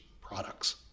products